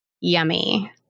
yummy